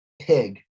pig